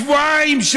שבועיים,